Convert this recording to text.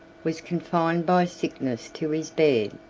was confined by sickness to his bed,